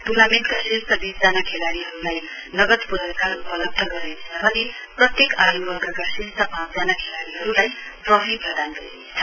ट्र्नामेण्टका शीर्ष वीसजना खेलाड़ीहरुलाई नगद प्रस्कार उपलब्ध गराइनेछ भने प्रत्येक आय् वर्गका शीर्ष पाँच जना खेलाड़ीहरुलाई ट्रफी प्रदान गरिनेछ